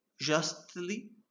justly